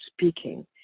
speaking